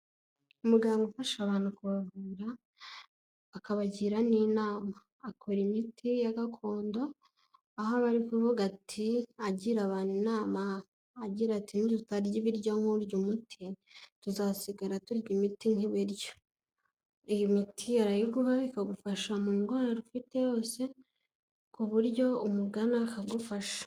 Umuganga ufasha abantu kubavura akabagira n'inima, akora imiti ya gakondo, aho aba ari kuvuga ati agira abantu inama agira ati: "nitutarya ibiryo nk'urya umuti tuzasigara turya imiti nk'ibiryo", iyi miti arayiguha ikagufasha mu ndwara ufite yose ku buryo umugana akagufasha.